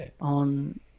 on